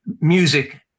music